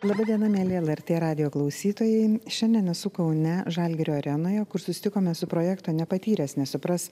laba diena mieli lrt radijo klausytojai šiandien esu kaune žalgirio arenoje kur susitikome su projekto nepatyręs nesupras